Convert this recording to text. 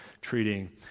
treating